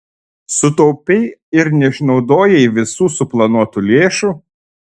sutaupei ir neišnaudojai visų suplanuotų lėšų